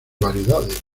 variedades